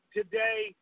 today